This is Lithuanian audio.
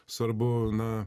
svarbu na